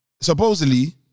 supposedly